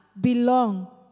belong